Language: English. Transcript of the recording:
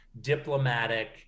diplomatic